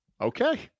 Okay